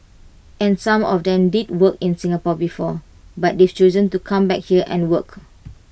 and some of them did work in Singapore before but they've chosen to come back here and work